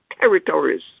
territories